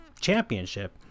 championship